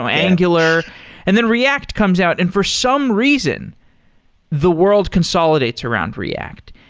um angular and then react comes out and for some reason the world consolidates around react,